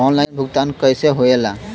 Online भुगतान कैसे होए ला?